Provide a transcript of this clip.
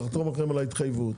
לחתום לכם על ההתחייבות.